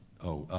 oh.